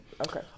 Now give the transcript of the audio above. Okay